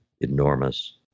enormous